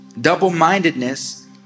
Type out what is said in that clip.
Double-mindedness